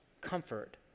comfort